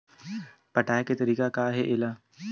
पटाय के तरीका का हे एला?